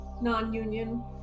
non-union